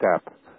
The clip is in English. step